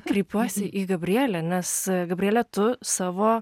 kreipiuosi į gabrielę nes gabriele tu savo